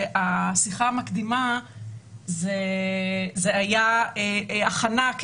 שהשיחה המקדימה הייתה הכנה,